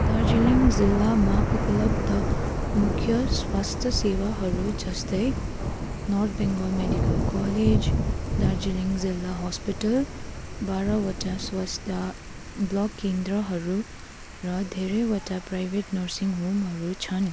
दार्जिलिङ जिल्लामा उपलब्ध मुख्य स्वास्थ्य सेवाहरू जस्तै north Bengal medical college Darjeeling जिल्ला हस्पिटल बाह्रवटा स्वास्थ्य ब्लक केन्द्रहरू र धेरैवटा प्राइभेट नर्सिङ होमहरू छन्